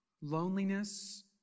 loneliness